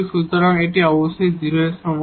সুতরাং এটি অবশ্যই 0 এর সমান